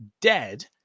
dead